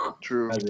true